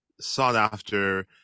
sought-after